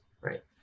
Right